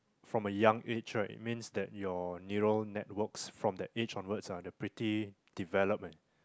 from a young age right means that your neural networks from that age onwards ah they pretty developed ah